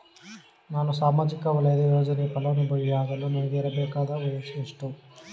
ನಾನು ಸಾಮಾಜಿಕ ವಲಯದ ಯೋಜನೆಯ ಫಲಾನುಭವಿ ಯಾಗಲು ನನಗೆ ಇರಬೇಕಾದ ವಯಸ್ಸು ಎಷ್ಟು?